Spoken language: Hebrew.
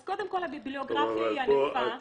אז קודם כול, הביבליוגרפיה היא ענפה.